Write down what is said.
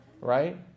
right